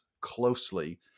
closely